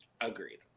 Agreed